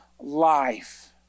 life